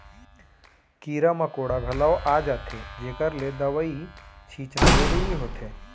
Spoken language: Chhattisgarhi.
कीरा मकोड़ा घलौ आ जाथें जेकर ले दवई छींचना जरूरी होथे